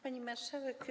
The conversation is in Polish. Pani Marszałek!